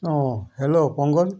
অঁ হেল্ল' পংকজ